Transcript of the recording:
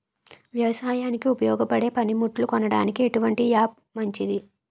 వ్యవసాయానికి ఉపయోగపడే పనిముట్లు కొనడానికి ఎటువంటి యాప్ మంచిది?